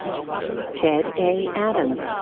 ted a. adams.